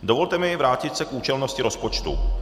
Dovolte mi vrátit se k účelnosti rozpočtu.